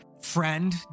friend